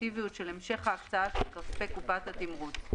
האפקטיביות של המשך ההקצאה של כספי קופת התמרוץ.